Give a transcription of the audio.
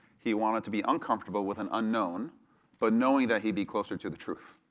he wanted to be uncomfortable with an unknown but knowing that he'd be closer to the truth,